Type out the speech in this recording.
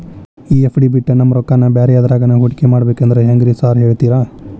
ಈ ಎಫ್.ಡಿ ಬಿಟ್ ನಮ್ ರೊಕ್ಕನಾ ಬ್ಯಾರೆ ಎದ್ರಾಗಾನ ಹೂಡಿಕೆ ಮಾಡಬೇಕಂದ್ರೆ ಹೆಂಗ್ರಿ ಸಾರ್ ಹೇಳ್ತೇರಾ?